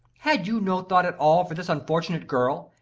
had you no thought at all for this unfortunate girl?